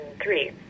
three